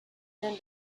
than